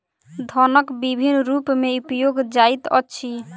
धनक विभिन्न रूप में उपयोग जाइत अछि